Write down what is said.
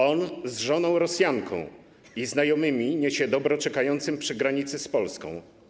On z żoną, Rosjanką, i znajomymi niesie dobro czekającym przy granicy z Polską.